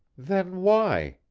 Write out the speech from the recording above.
then why?